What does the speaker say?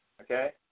okay